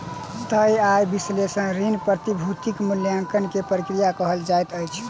तय आय विश्लेषण ऋण, प्रतिभूतिक मूल्याङकन के प्रक्रिया कहल जाइत अछि